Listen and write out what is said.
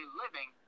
living